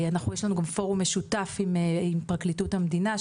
יש לנו גם פורום משותף עם פרקליטות המדינה,